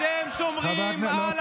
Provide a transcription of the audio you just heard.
אתם שומרים על אנרכיסטיים.